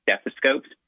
stethoscopes